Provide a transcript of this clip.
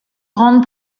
grande